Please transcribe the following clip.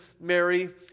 Mary